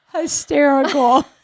hysterical